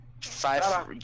Five